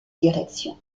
direction